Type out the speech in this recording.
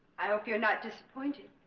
i hope you're not disappointed